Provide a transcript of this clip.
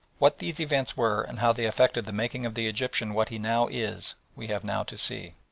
what these events were and how they affected the making of the egyptian what he now is we have now to see.